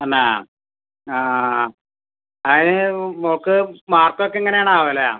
തന്നേ ആ അതിന് മോൾക്ക് മാർക്ക് ഒക്കെ എങ്ങനെയാണാവോ